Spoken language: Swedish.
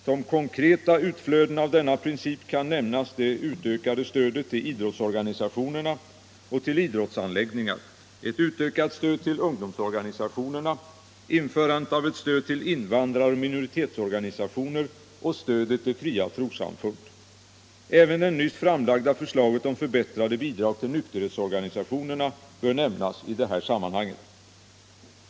Som konkreta utflöden av denna princip kan nämnas det utökade stödet till idrottsorganisationerna och till idrottsanläggningar, ett utökat stöd till ungdomsorganisationerna, införandet av ett stöd till invandraroch minoritetsorganisationer och stödet till fria trossamfund. Även det nyss framlagda förslaget om förbättrade bidrag till nykterhetsorganisationerna bör nämnas i det här sammanhanget.